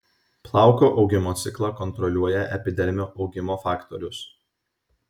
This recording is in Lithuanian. plauko augimo ciklą kontroliuoja epidermio augimo faktorius